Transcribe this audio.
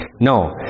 No